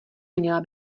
měla